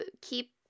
keep